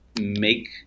make